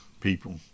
people